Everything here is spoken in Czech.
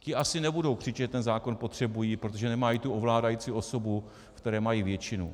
Ti asi nebudou křičet, že ten zákon potřebují, protože nemají tu ovládající osobu, která má většinu.